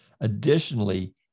Additionally